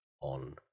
on